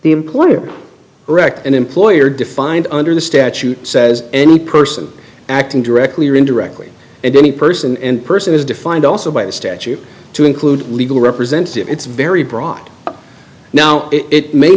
the employer direct an employer defined under the statute says any person acting directly or indirectly and any person and person is defined also by the statute to include legal representative it's very broad now it may